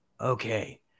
Okay